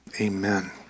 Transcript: amen